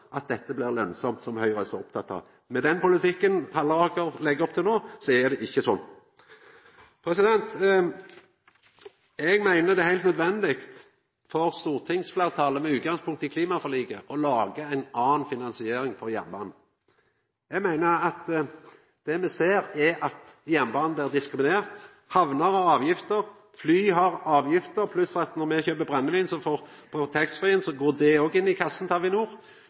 at dette blir lønnsamt, som Høgre er så oppteke av. Med den politikken Halleraker legg opp til no, er det ikkje sånn. Eg meiner det er heilt nødvendig for stortingsfleirtalet, med utgangspunkt i klimaforliket, å laga ei anna finansiering for jernbanen. Eg meiner at det me ser, er at jernbanen blir diskriminert. Hamner har avgifter, fly har avgifter, pluss at når me kjøper brennevin på taxfree, går det òg i kassa til Avinor, og